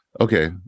Okay